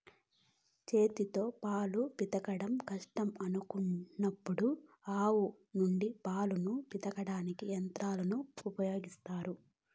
చేతితో పాలు పితకడం కష్టం అనుకున్నప్పుడు ఆవుల నుండి పాలను పితకడానికి యంత్రాలను ఉపయోగిత్తారు